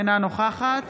אינה נוכחת